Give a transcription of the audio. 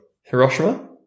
Hiroshima